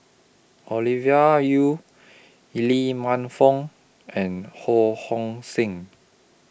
Olivia Yu Lee Man Fong and Ho Hong Sing